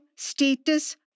status